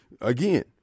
again